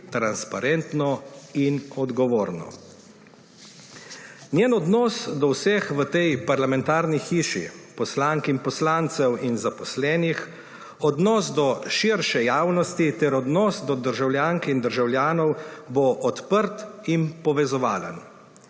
transparentno in odgovorno. Njen odnos do vseh v tej parlamentarni hiši, poslank in poslancev in zaposlenih, odnos do širše javnosti ter odnos do državljank in državljanov bo odprt in povezovalen.